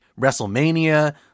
WrestleMania